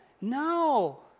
No